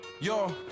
yo